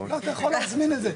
אתה יכול להזמין את זה,